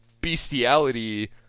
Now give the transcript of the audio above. bestiality